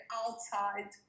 outside